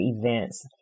events